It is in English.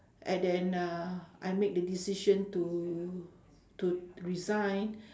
and then uh I make the decision to to resign